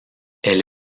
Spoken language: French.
elle